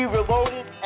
Reloaded